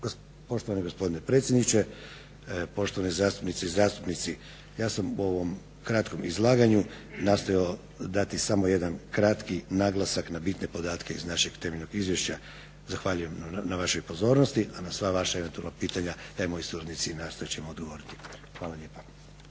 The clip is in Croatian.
Poštovani gospodine predsjedniče, poštovane zastupnice i zastupnici ja sam u ovom kratkom izlaganju nastojao dati samo jedan kratki naglasak na bitne podatke iz našeg temeljnog izvješća. Zahvaljujem na vašoj pozornosti, a na sva vaša eventualna pitanja, ja i moji suradnici nastojat ćemo odgovoriti. Hvala lijepa.